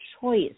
choice